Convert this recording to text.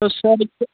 तो सर इससे